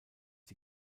die